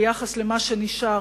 ביחס למה שנשאר,